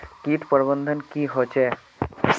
किट प्रबन्धन की होचे?